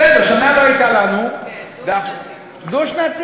בסדר, שנה לא הייתה לנו ועכשיו, כן, דו-שנתי.